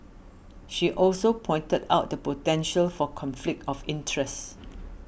she also pointed out the potential for conflict of interest